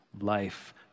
life